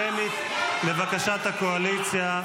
לבקשת הקואליציה,